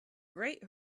great